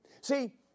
See